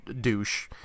douche